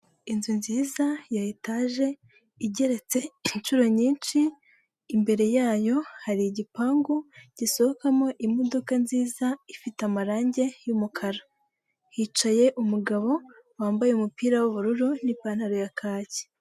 Inzu nziza ya etage igeretse inshuro nyinshi imbere yayo hari igipangu gisohokamo imodoka nziza ifite amarangi yumukara hicaye umugabo wambaye umupira w'ubururu n'ipantaro ya kaki.